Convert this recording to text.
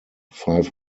five